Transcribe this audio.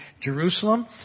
Jerusalem